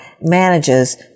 manages